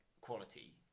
quality